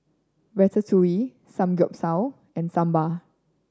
Ratatouille Samgyeopsal and Sambar